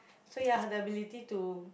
so ya the ability to